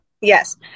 Yes